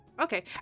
okay